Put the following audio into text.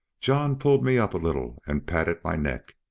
john pulled me up a little and patted my neck.